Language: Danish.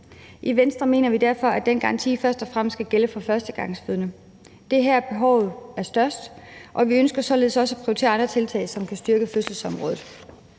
I Venstre mener vi derfor, at den garanti først og fremmest skal gælde for førstegangsfødende. Det er her, behovet er størst, og vi ønsker således også at prioritere andre tiltag, som kan styrke fødselsområdet.